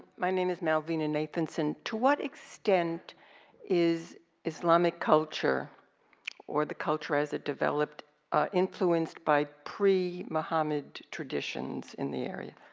my name is malveena nathanson. to what extent is islamic culture or the culture as it developed influenced by pre-mohammad traditions in the area?